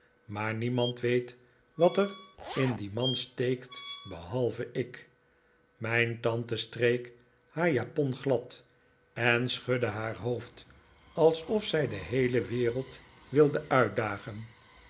maar niemand weet wat er in dien man steekt behalve ik mijn tante streek haar japon glad en schudde haar hoofd alsof zij de heele wereld wilde uitdagen